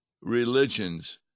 religions